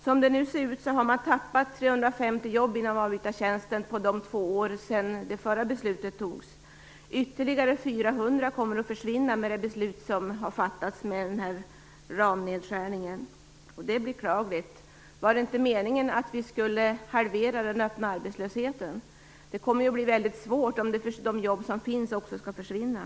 Som det nu ser ut har man tappat 350 jobb inom avbytartjänsten under de två år som gått sedan det förra beslutet fattatdes. Ytterligare 400 jobb kommer att försvinna i och med beslutet som fattats om denna nedskärning av ramanslaget. Det är beklagligt. Var det inte meningen att vi skulle halvera den öppna arbetslösheten? Det kommer ju att bli svårt om också de jobb som finns skall försvinna.